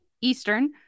Eastern